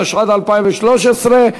התשע"ד 2013,